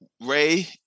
Ray